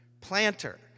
planter